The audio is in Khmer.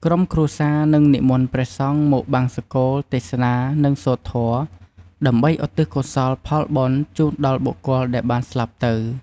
ក្រុមគ្រួសារនឹងនិមន្តព្រះសង្ឃមកបង្សុកូល ទេសនា និងសូត្រធម៌ដើម្បីឧទ្ទិសកុសលផលបុណ្យជូនដល់បុគ្គលដែលបានស្លាប់ទៅ។